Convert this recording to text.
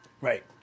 Right